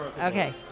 Okay